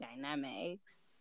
dynamics